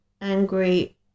angry